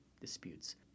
disputes